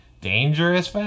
dangerous